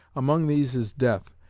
among these is death,